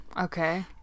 Okay